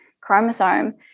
chromosome